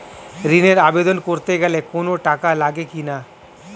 ঋণের আবেদন করতে গেলে কোন টাকা লাগে কিনা?